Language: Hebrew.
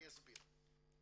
אני אסביר.